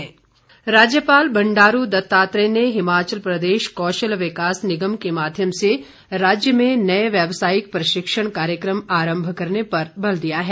राज्यपाल राज्यपाल बंडारू दत्तात्रेय ने हिमाचल प्रदेश कौशल विकास निगम के माध्यम से राज्य में नए व्यवसायिक प्रशिक्षण कार्यक्रम आरम्भ करने पर बल दिया है